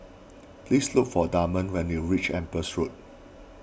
please look for Damond when you reach Empress Road